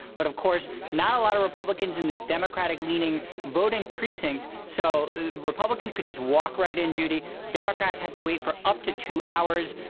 but, of course, not a lot of republicans in this democratic-leaning voting precinct, so republicans could just walk right in, judy. democrats had to wait for up to two hours.